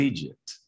Egypt